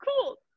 cool